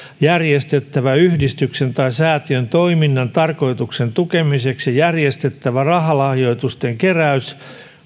yhdistyksen tai säätiön toiminnan tarkoituksen tukemiseksi järjestettävä rahalahjoitusten keräys